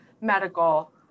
medical